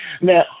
now